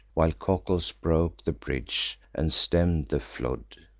while cocles broke the bridge, and stemm'd the flood.